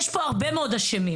יש פה הרבה מאוד אשמים